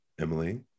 Emily